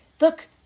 Look